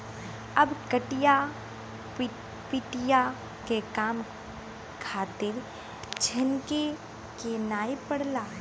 अब कटिया पिटिया के काम खातिर झनके के नाइ पड़ला